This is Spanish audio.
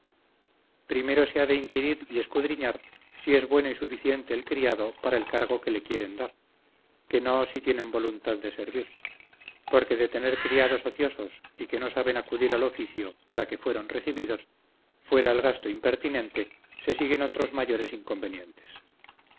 primero se ha de inquirir y escudriñar si es bueno y suficiente el criado para el cargo que le quieren dar que no si tienen voluntad de servir porque de tener criados ociosos y que no saben acudir al oficio para que fueron recibidos fuera del gasto impertinente se siguen otros mayores inconvenientes